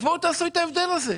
אז בואו תעשו את ההבדל הזה.